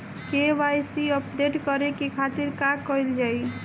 KYC update करे के खातिर का कइल जाइ?